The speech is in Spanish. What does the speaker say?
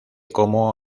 como